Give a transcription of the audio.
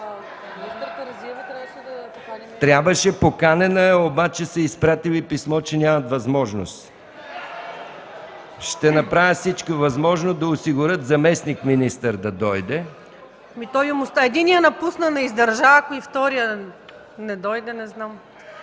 Трябваше! Поканена е, но са изпратили писмо, че нямат възможност. Ще направят всичко възможно да осигурят заместник-министър да дойде. ЛИЛЯНА ПАВЛОВА: Единият напусна – не издържа! Ако и вторият не дойде, не знам.